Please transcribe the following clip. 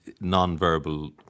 non-verbal